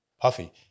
puffy